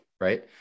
right